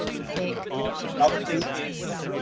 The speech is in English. um another thing is,